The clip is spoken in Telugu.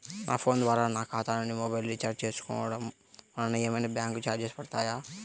నా ఫోన్ ద్వారా నా ఖాతా నుండి మొబైల్ రీఛార్జ్ చేసుకోవటం వలన ఏమైనా బ్యాంకు చార్జెస్ పడతాయా?